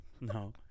No